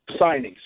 signings